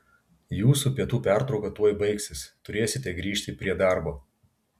jūsų pietų pertrauka tuoj baigsis turėsite grįžti prie darbo